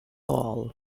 all